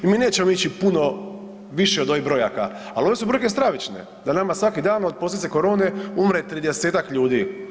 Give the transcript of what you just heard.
I mi nećemo ići puno više od ovih brojaka, ali ove su brojke stravične da nama svaki dan od posljedice korone umre 30-ak ljudi.